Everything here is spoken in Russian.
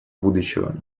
будущего